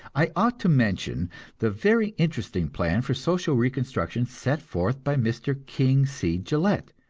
i ought to mention the very interesting plan for social reconstruction set forth by mr. king c. gillette,